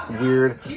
weird